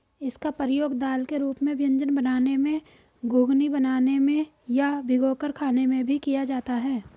इसका प्रयोग दाल के रूप में व्यंजन बनाने में, घुघनी बनाने में या भिगोकर खाने में भी किया जाता है